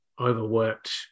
overworked